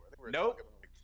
Nope